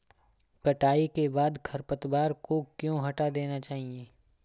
कटाई के बाद खरपतवार को क्यो हटा देना चाहिए?